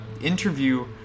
interview